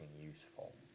useful